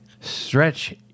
stretch